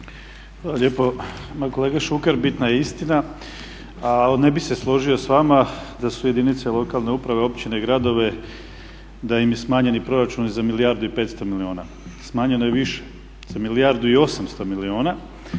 Hvala lijepo. Ma kolega Šuker bitna je istina, a ne bih se složio s vama da su jedinice lokalne uprave, općine i gradovi da su im smanjeni proračuni za milijardu i 500 milijuna. Smanjeno je i više, za milijardu i 800 milijuna.